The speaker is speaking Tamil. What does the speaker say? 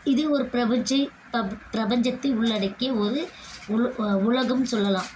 இது ஒரு பிரபஞ்ச தப் பிரபஞ்சத்தை உள்ளடக்கிய ஒரு உல் உலகம் சொல்லலாம்